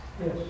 Yes